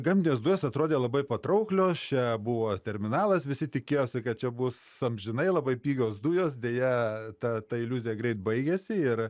gamtinės dujos atrodė labai patrauklios čia buvo terminalas visi tikėjosi kad čia bus amžinai labai pigios dujos deja ta ta iliuzija greit baigėsi ir